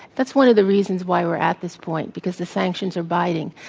that's one of the reasons why we're at this point, because the sanctions are binding.